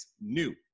new